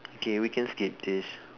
okay we can skip this